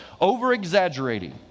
over-exaggerating